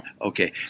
Okay